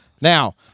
Now